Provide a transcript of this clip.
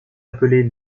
appelés